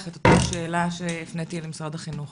את אותה השאלה שהפניתי למשרד החינוך,